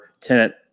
tenant